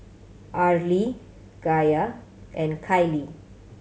Arlie Gaye and Kylie